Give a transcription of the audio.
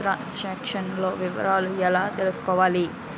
త్రం sanction లో వివరాలు ఎలా తెలుసుకోవాలి?